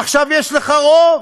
עכשיו יש לך רוב,